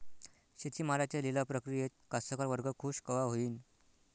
शेती मालाच्या लिलाव प्रक्रियेत कास्तकार वर्ग खूष कवा होईन?